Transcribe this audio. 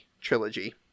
trilogy